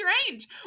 strange